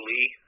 Lee